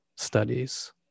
studies